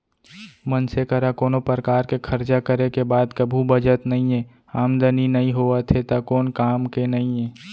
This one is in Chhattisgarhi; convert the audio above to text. मनसे करा कोनो परकार के खरचा करे के बाद कभू बचत नइये, आमदनी नइ होवत हे त कोन काम के नइ हे